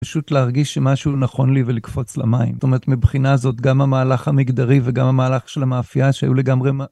פשוט להרגיש שמשהו נכון לי ולקפוץ למים. זאת אומרת, מבחינה זאת, גם המהלך המגדרי וגם המהלך של המאפייה שהיו לגמרי...